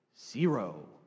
Zero